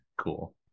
cool